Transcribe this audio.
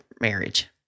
marriage